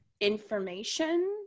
Information